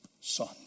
son